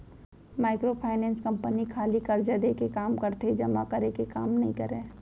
micro finance company खाली करजा देय के काम करथे जमा करे के काम नइ करय